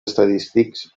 estadístics